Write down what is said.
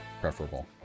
preferable